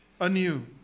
anew